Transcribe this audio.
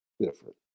different